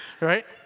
right